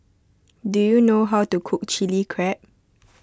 do you know how to cook Chili Crab